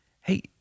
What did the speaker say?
hey